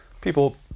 people